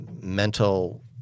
mental